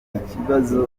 ikibazo